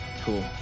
Cool